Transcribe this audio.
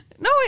No